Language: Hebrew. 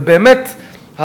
ובאמת,